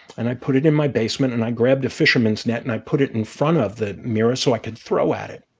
and i put it in my basement. and i grabbed a fisherman's net, and i put it in front of the mirror so i could throw at it.